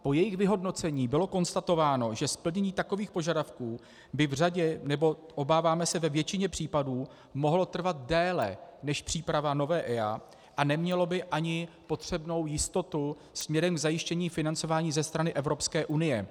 Po jejich vyhodnocení bylo konstatováno, že splnění takových požadavků by v řadě, nebo, obáváme se, většině případů mohlo trvat déle než příprava nové EIA a nemělo by ani potřebnou jistotu směrem k zajištění financování ze strany Evropské unie.